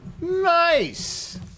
Nice